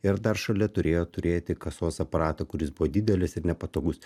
ir dar šalia turėjo turėti kasos aparatą kuris buvo didelis ir nepatogus